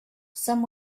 some